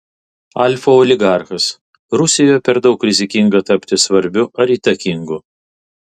alfa oligarchas rusijoje per daug rizikinga tapti svarbiu ar įtakingu